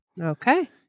Okay